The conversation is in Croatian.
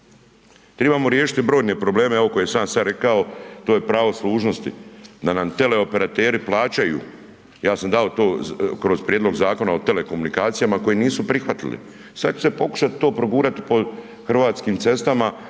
tribamo riješiti brojne probleme evo koje sam ja sada rekao, to je pravo služnosti, da nam teleoperateri plaćaju, ja sam dao to kroz prijedlog zakona o telekomunikacija koji nisu prihvatili, sad će se pokušati to progurati po hrvatskim cestama,